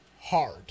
hard